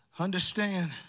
Understand